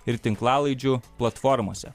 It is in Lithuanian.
ir tinklalaidžių platformose